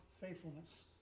faithfulness